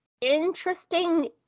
interesting